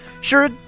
Sure